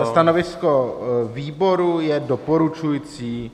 Stanovisko výboru je doporučující.